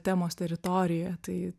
temos teritorijoje tai